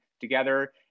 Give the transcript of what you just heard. together